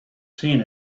seen